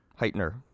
Heitner